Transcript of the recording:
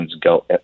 go